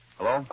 Hello